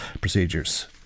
procedures